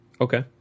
Okay